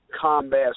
combat